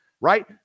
right